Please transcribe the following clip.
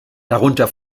darunter